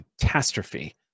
catastrophe